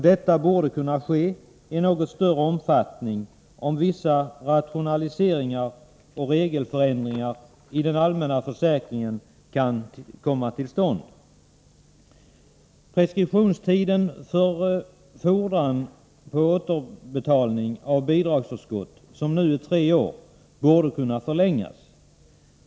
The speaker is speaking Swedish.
Det borde kunna ske i något större omfattning om vissa rationaliseringar och regelförändringar i den allmänna försäkringen kan komma till stånd. Preskriptionstiden för fordran på återbetalning av bidragsförskott, som nu är tre år, borde kunna förlängas.